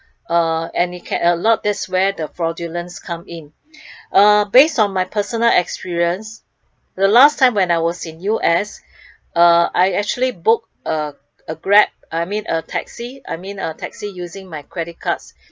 uh and it can a lot this where the fraudulence comes in uh base on my personal experience the last time when I was in U_S uh I actually book a a grab I mean a taxi I mean a taxi using my credit cards